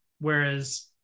Whereas